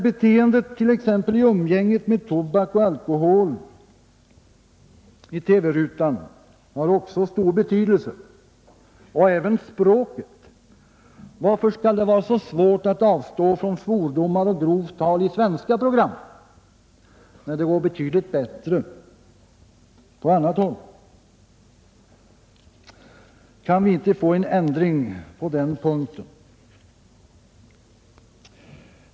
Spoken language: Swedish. Beteendet i umgänget med tobak och alkohol i TV-rutan har också stor betydelse — likaså språket. Varför skall det vara så svårt att avstå från svordomar och grovt tal i svenska program, när det går betydligt bättre på annat håll? Kan vi inte få en ändring på den punkten?